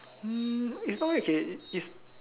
mm is not okay is